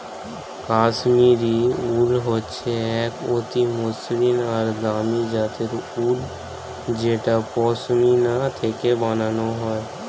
Kashmiri wool হচ্ছে এক অতি মসৃন আর দামি জাতের উল যেটা পশমিনা থেকে বানানো হয়